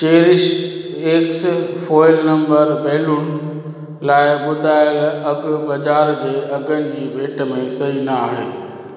cherish X foil number balloon लाइ ॿुधायल अघि बाज़ार जे अघनि जी भेट में सही न आहे